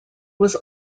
was